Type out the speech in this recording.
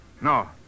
No